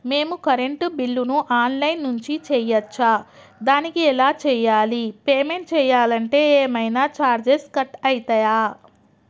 మేము కరెంటు బిల్లును online నుంచి చేయచ్చా? దానికి ఎలా చేయాలి? పేమెంట్ చేయాలంటే ఏమైనా చార్జెస్ కట్ అయితయా?